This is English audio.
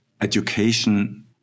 education